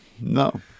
No